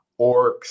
orcs